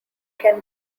can